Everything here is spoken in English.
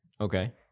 Okay